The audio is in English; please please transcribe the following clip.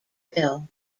bill